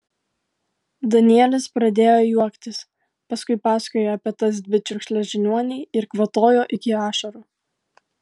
danielis pradėjo juoktis paskui pasakojo apie tas dvi čiurkšles žiniuonei ir kvatojo iki ašarų